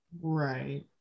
right